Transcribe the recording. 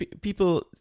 people